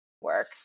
work